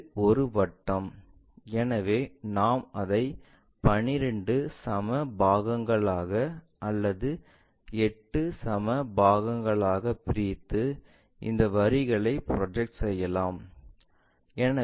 இது ஒரு வட்டம் எனவே நாம் அதை 12 சம பாகங்களாக அல்லது 8 சம பாகங்களாக பிரித்து இந்த வரிகளை ப்ரொஜெக்ட் செய்யலாம்